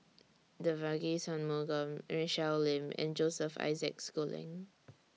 Devagi Sanmugam Michelle Lim and Joseph Isaac Schooling